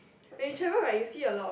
when you travel right you see a lot of